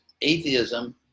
atheism